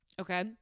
okay